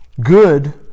good